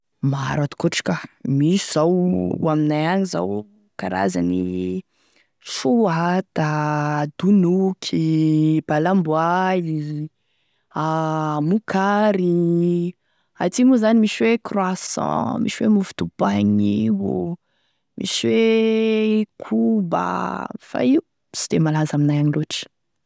Maro atokotry ka, misy zao aminay agny zao karazany soata, donoky, balamboay, a mokary, aty moa zany e croissant, misy hoe mofo dopaigny io, misy hoe koba, fa io sy de malaza aminay agny loatry.